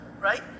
right